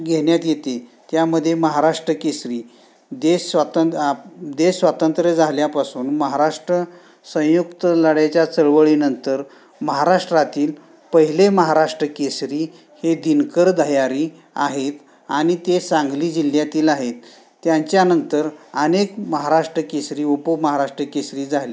घेण्यात येते त्यामध्ये महाराष्ट्र केसरी देश स्वातं देश स्वतंत्र झाल्यापासून महाराष्ट्र संयुक्त लढ्याच्या चळवळीनंतर महाराष्ट्रातील पहिले महाराष्ट्र केसरी हे दिनकर दह्यारी आहेत आणि ते सांगली जिल्ह्यातील आहेत त्यांच्यानंतर आनेक महाराष्ट्र केसरी उप महाराष्ट्र केसरी झाली